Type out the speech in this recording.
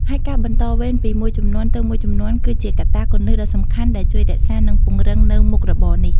ហើយការបន្តវេនពីមួយជំនាន់ទៅមួយជំនាន់គឺជាកត្តាគន្លឹះដ៏សំខាន់ដែលជួយរក្សានិងពង្រឹងនូវមុខរបរនេះ។